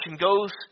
goes